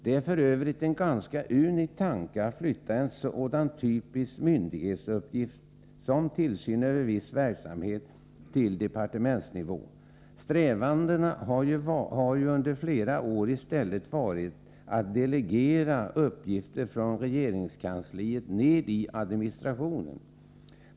Det är f. ö. en ganska unik tanke att flytta en så typisk myndighetsuppgift som tillsyn över en viss verksamhet till departementsnivå. Strävandena har ju under flera år i stället varit att delegera uppgifter från regeringskansliet ned i administrationen.